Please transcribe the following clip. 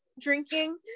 drinking